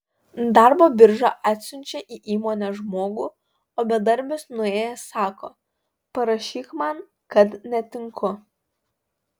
darbo birža atsiunčia į įmonę žmogų o bedarbis nuėjęs sako parašyk man kad netinku